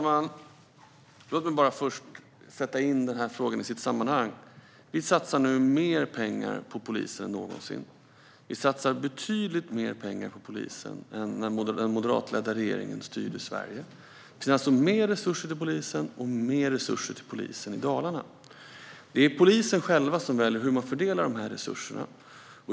Fru talman! Låt mig först sätta in den här frågan i dess sammanhang! Vi satsar nu mer pengar på polisen än någonsin. Vi satsar betydligt mer pengar på polisen än den moderatledda regeringen gjorde när den styrde Sverige. Det finns alltså mer resurser till polisen i allmänhet och mer resurser till polisen i Dalarna. Det är polisen själv som väljer hur den ska fördela de här resurserna.